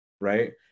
right